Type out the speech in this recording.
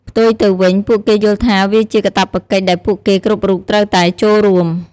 ផ្ទុយទៅវិញ ពួកគេយល់ថាវាជាកាតព្វកិច្ចដែលពួកគេគ្រប់រូបត្រូវតែចូលរួម។